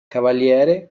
cavaliere